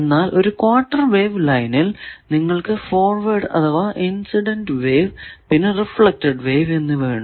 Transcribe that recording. എന്നാൽ ഒരു quarter wave ലൈനിൽ നിങ്ങൾക്കു ഫോർവേഡ് അഥവാ ഇൻസിഡന്റ് വേവ് പിന്നെ റിഫ്ലെക്ടഡ് വേവ് എന്നിവ ഉണ്ട്